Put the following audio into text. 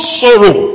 sorrow